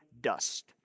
dust